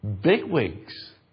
bigwigs